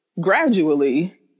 gradually